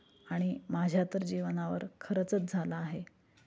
आणि माझ्या तर जीवनावर खरंचच झाला आहे